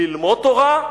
ללמוד תורה,